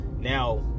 now